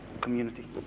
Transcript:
community